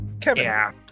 Kevin